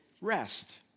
rest